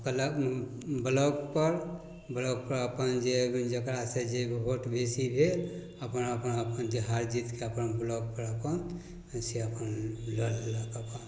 block ब्लॉकपर ब्लॉकपर अपन जे भी जकरा से जे भोट बेसी भेल अपन अपन अपन जे हार जीतके अपन ब्लॉकपर अपन से अपन रहलक अपन